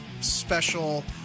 special